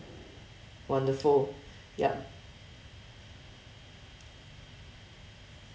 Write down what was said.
wonderful yup